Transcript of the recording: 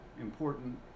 important